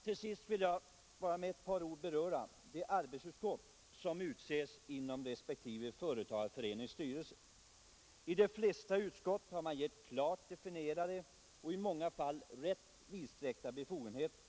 Till sist vill jag med ett par ord beröra det arbetsutskott som utses inom respektive företagareförenings styrelse. De flesta utskott har man gett klart definierade och i många fall rätt vidsträckta befogenheter.